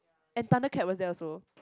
and Thundercat was there also